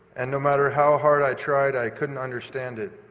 and no matter how hard i tried i couldn't understand it.